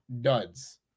duds